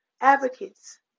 advocates